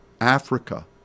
Africa